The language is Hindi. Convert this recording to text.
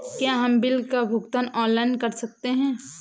क्या हम बिल का भुगतान ऑनलाइन कर सकते हैं?